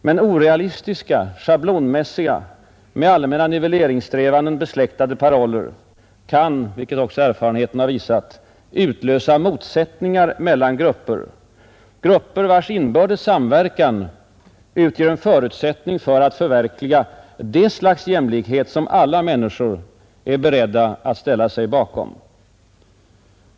Men orealistiska, schablonmässiga, med allmänna nivelleringssträvanden besläktade paroller kan — vilket också erfarenheterna visat — utlösa motsättningar mellan grupper, vilkas inbördes samverkan utgör en förutsättning för att förverkliga det slags jämlikhet som alla människor är beredda att ställa sig bakom.